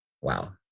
wow